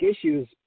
issues